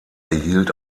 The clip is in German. erhielt